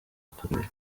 kabiri